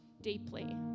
deeply